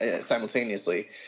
simultaneously